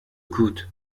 coûte